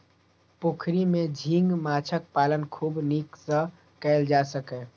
पोखरि मे झींगा माछक पालन खूब नीक सं कैल जा सकैए